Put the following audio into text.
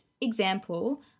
example